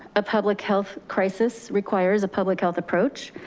a public health crisis requires a public health approach.